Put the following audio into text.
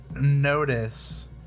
notice